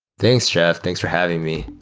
thanks, jeff. thanks for having me.